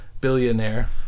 billionaire